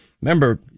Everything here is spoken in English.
remember